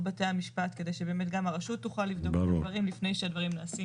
בתי המשפט כדי שבאמת גם הרשות תוכל לבדוק את הדברים לפני שהדברים נעשים.